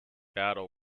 battle